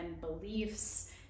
beliefs